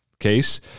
Case